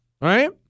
right